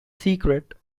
secret